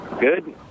Good